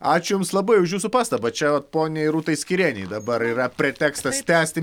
ačiū jums labai už jūsų pastabą čia vat poniai rūtai skyrienei dabar yra pretekstas tęsti